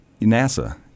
NASA